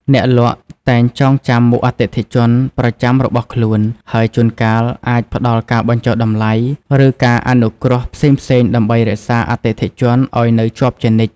អ្នកលក់តែងចងចាំមុខអតិថិជនប្រចាំរបស់ខ្លួន ហើយជួនកាលអាចផ្តល់ការបញ្ចុះតម្លៃ ឬការអនុគ្រោះផ្សេងៗដើម្បីរក្សាអតិថិជនឱ្យនៅជាប់ជានិច្ច។